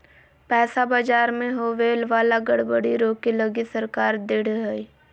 पैसा बाजार मे होवे वाला गड़बड़ी रोके लगी सरकार ढृढ़ हय